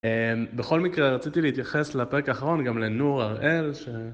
בכל מקרה רציתי להתייחס לפרק האחרון גם לנור הראל.